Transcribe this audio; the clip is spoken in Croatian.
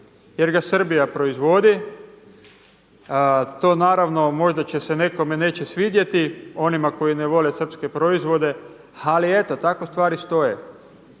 jer ga Srbija proizvodi. To naravno možda će se, nekome neće svidjeti, onima koji ne vole srpske proizvode. Ali eto, tako stvari stoje.